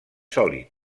sòlid